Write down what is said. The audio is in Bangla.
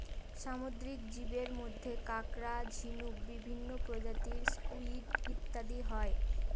সামুদ্রিক জীবের মধ্যে কাঁকড়া, ঝিনুক, বিভিন্ন প্রজাতির স্কুইড ইত্যাদি হয়